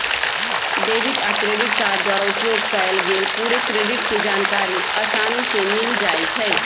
debit आ credit card द्वारा उपयोग कएल गेल पूरे क्रेडिट के जानकारी असानी से मिल जाइ छइ